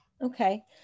Okay